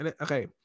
Okay